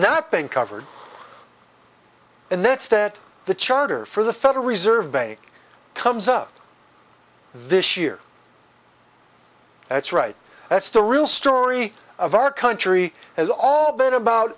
not been covered in its stead the charter for the federal reserve bank comes up this year that's right that's the real story of our country has all been about